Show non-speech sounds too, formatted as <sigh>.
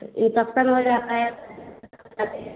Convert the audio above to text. तो यह कब तक हो जाता है <unintelligible>